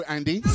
Andy